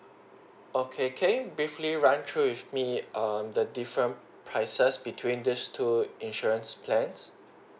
okay can you briefly run through with me um the different prices between these two insurance plans